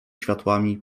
światłami